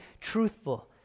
truthful